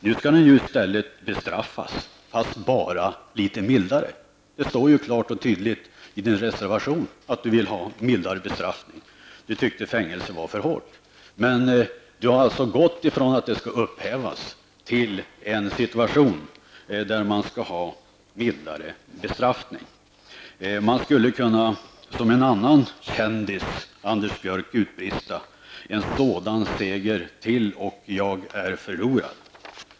Man skall i stället bestraffas, fast litet mildare. Det står klart och tydligt i Anders Björcks reservation att han vill ha mildare bestraffning. Han tycker att fängelse är för hårt. Anders Björck har således gått ifrån att det skall upphävas till en situation där bestraffningen skall vara mildare. Såsom en annan kändis, Anders Björck, skulle man kunna utbrista: En sådan seger till och jag är förlorad!